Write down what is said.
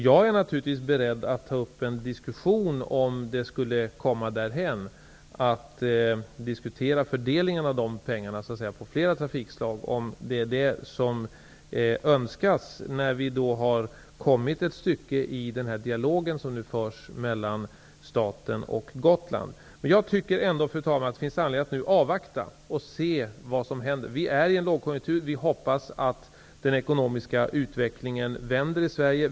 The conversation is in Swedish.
Jag är naturligtvis beredd att ta upp en diskussion, om det skulle komma därhän, om fördelningen av dessa medel på flera trafikslag -- om det är detta som önskas -- när vi har kommit ett stycke i den dialog som nu förs mellan staten och Gotland. Jag tycker ändå, fru talman, att det finns anledning att avvakta och se vad som händer. Vi är i en lågkonjunktur. Vi hoppas att den ekonomiska utvecklingen vänder i Sverige.